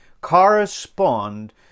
correspond